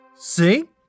See